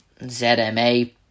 zma